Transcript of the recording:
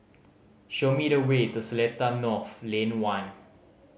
show me the way to Seletar North Lane One